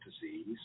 disease